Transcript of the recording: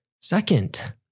Second